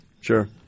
Sure